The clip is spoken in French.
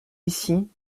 ici